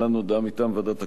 ללא מתנגדים וללא נמנעים,